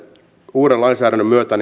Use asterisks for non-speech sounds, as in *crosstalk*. uuden lainsäädännön myötä *unintelligible*